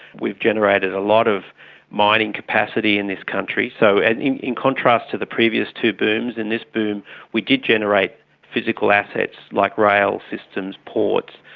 we've generated a lot of mining capacity in this country. so and in in contrast to the previous two booms, in this boom we did generate physical assets like rail systems, ports,